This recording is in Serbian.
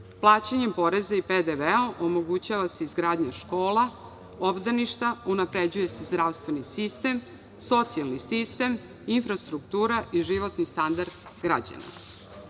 Plaćanjem poreza i PDV omogućava se izgradnja škola, obdaništa, unapređuje se zdravstveni sistem, socijalni sistem, infrastruktura i životni standard građana. Samo